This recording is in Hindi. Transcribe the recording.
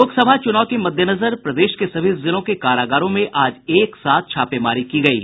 लोकसभा चुनाव के मद्देनजर प्रदेश के सभी जिलों के कारागारों में आज एक साथ छापेमारी की गयी